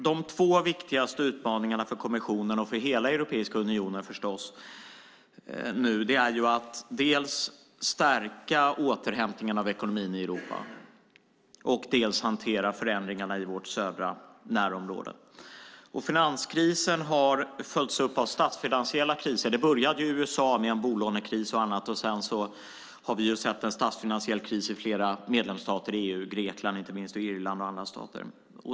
De två viktigaste utmaningarna för kommissionen och för hela Europiska unionen, förstås, är att dels stärka återhämtningen av ekonomin i Europa, dels hantera förändringarna i vårt södra närområde. Finanskrisen har följts upp av statsfinansiella kriser. Det började i USA med en bolånekris och annat. Sedan har vi sett statsfinansiella kriser i flera medlemsstater, inte minst i Grekland, Irland och andra stater.